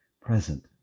present